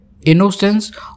innocence